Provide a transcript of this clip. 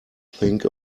think